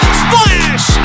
splash